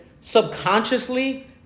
Subconsciously